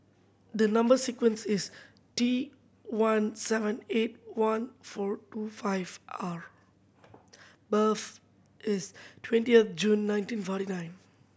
the number sequence is T one seven eight one four two five R birth is twentieth June nineteen forty nine